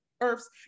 Earths